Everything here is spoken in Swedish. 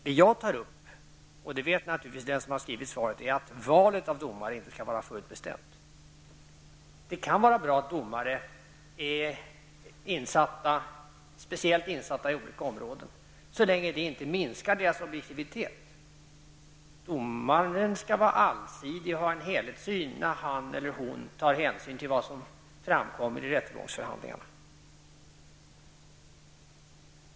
Det som jag tar upp, och det vet naturligtvis den som har skrivit svaret, är att valet av domare inte skall vara förutbestämt. Det kan vara bra att domare är speciellt insatta i olika områden, så länge det inte minskar deras objektivitet. Domaren skall vara allsidig och ha en helhetssyn när han eller hon tar hänsyn till vad som framkommer i rättegångsförhandlingarna.